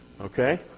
Okay